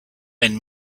and